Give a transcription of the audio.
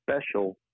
special